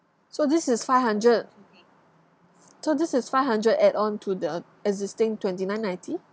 so this is five hundred so this is five hundred add on to the existing twenty nine ninety